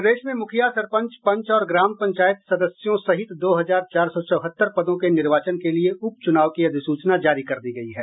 प्रदेश में मुखिया सरपंच पंच और ग्राम पंचायत सदस्यों सहित दो हजार चार सौ चौहत्तर पदों के निर्वाचन के लिये उप चुनाव की अधिसूचना जारी कर दी गयी है